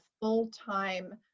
full-time